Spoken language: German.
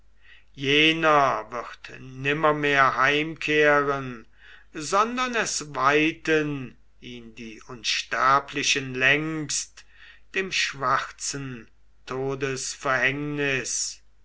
jener wird nimmermehr heimkehren sondern es weihten ihn die unsterblichen längst dem schwarzen todesverhängnis